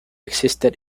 existed